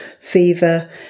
fever